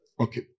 Okay